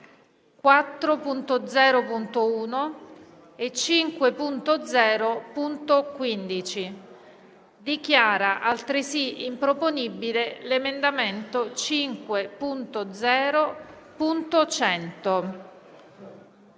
4.0.1 e 5.0.15. Dichiara altresì improponibile l'emendamento 5.0.100.